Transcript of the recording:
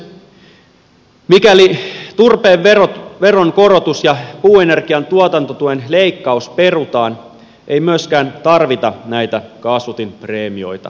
mikäli turpeen veron korotus ja puuenergian tuotantotuen leikkaus perutaan ei myöskään tarvita näitä kaasutinpreemioita